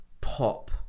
pop